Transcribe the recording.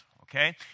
okay